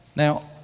Now